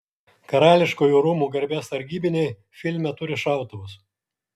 karališkųjų rūmų garbės sargybiniai filme turi šautuvus